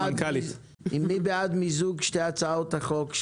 מי בעד מיזוג שתי הצעות החוק,